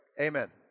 amen